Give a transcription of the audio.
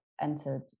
entered